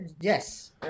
yes